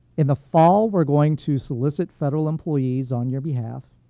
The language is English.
in the fall, we're going to solicit federal employees on your behalf.